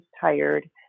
tired